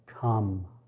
come